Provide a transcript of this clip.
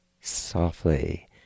softly